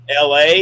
LA